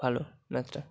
ভালো ম্যাথটা